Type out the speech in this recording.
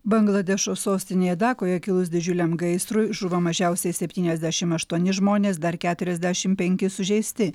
bangladešo sostinėje dakoje kilus didžiuliam gaisrui žuvo mažiausiai septyniasdešimt aštuoni žmonės dar keturiasdešimt penki sužeisti